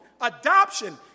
adoption